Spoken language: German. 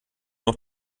noch